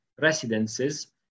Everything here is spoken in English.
residences